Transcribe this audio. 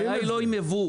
הבעיה היא לא עם ייבוא,